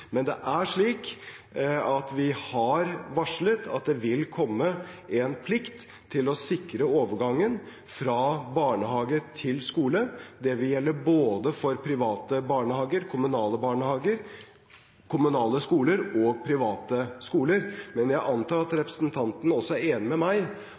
Vi har varslet at det vil komme en plikt til å sikre overgangen fra barnehage til skole. Det vil gjelde for både private barnehager, kommunale barnehager, kommunale skoler og private skoler, men jeg antar at representanten også er enig med meg